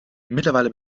mittlerweile